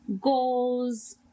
goals